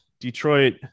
Detroit